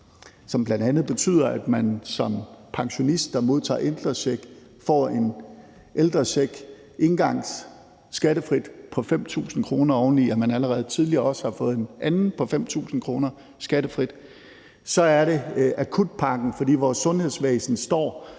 som bl.a. betyder, at man som pensionist, der modtagerældrecheck, skattefrit får en engangsældrecheck på 5.000 kr., oven i at man allerede tidligere også har fået en anden på 5.000 kr. skattefrit – og ud over det er det at sikre akutpakken, for vores sundhedsvæsen står